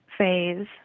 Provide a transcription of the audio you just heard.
phase